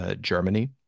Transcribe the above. Germany